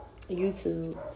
YouTube